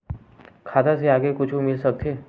खाता से आगे कुछु मिल सकथे?